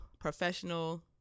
professional